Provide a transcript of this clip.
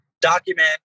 document